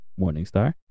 morningstar